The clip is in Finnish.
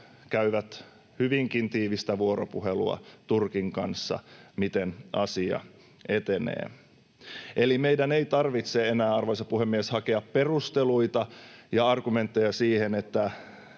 käyvät hyvinkin tiivistä vuoropuhelua Turkin kanssa, miten asia etenee. Eli meidän ei tarvitse enää, arvoisa puhemies, hakea perusteluita ja argumentteja siihen, miten